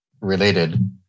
related